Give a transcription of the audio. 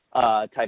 Type